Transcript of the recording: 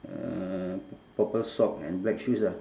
uh p~ purple sock and black shoes ah